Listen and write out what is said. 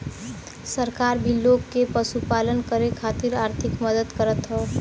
सरकार भी लोग के पशुपालन करे खातिर आर्थिक मदद करत हौ